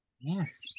Yes